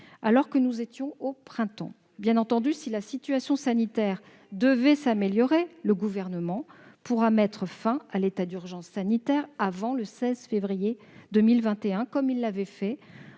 avions voté pour le proroger ! Bien entendu, si la situation sanitaire devait s'améliorer, le Gouvernement pourrait mettre fin à l'état d'urgence sanitaire avant le 16 février 2021, comme il l'avait fait